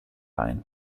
line